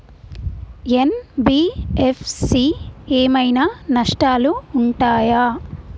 NBFC ఏమైనా నష్టాలు ఉంటయా?